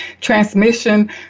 transmission